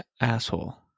asshole